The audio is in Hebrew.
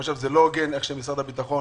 לדעתי לא הוגן איך שמשרד הביטחון